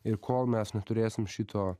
ir kol mes neturėsim šito